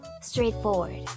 Straightforward